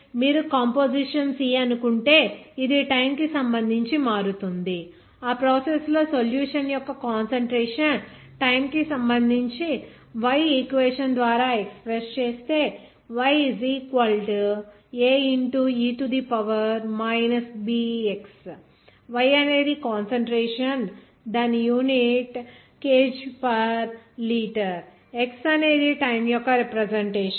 మీరు composition C అనుకుంటే అది టైమ్ కు సంబంధించి మారుతుంది ఆ ప్రాసెస్ లో సొల్యూషన్ యొక్క కాన్సంట్రేషన్ టైమ్ కి సంబంధించి Y ఈక్వేషన్ ద్వారా ఎక్స్ ప్రెస్ చేస్తే y ae bx Y అనేది కాన్సంట్రేషన్ దాని unit KG per litre x అనేది టైమ్ యొక్క రిప్రెజెంటేషన్